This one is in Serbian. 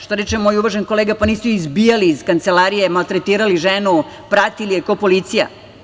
Što reče moj uvaženi kolega, pa nisu izbijali iz kancelarije i maltretirali ženu, pratili je kao policija.